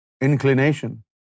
inclination